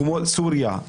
סוריה,